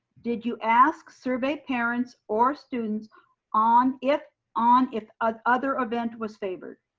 did you ask, survey parents or students on if on if other event was favored?